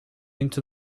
into